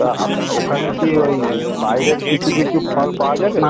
তা আপ ওখানে কি ওই বাইরের কিছু কিছু ফল পাওয়া যাবে